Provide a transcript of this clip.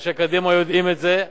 אנשי קדימה יודעים את זה,